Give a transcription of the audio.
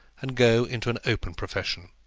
and go into an open profession.